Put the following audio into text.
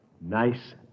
Nice